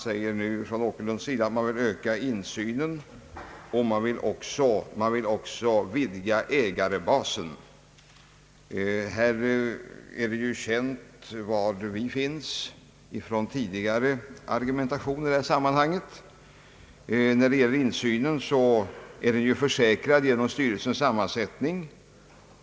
Herr Åkerlund nämner att man vill öka insynen, och man vill också vidga ägarbasen. Vår ståndpunkt i denna fråga är väl känd efter tidigare diskussioner. När det gäller insynen har man ju en garanti för denna genom styrelsens sammansättning.